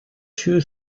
two